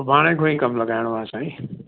सुभाणे खां ई कमु लॻाइणो आहे साईं